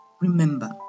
Remember